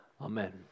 Amen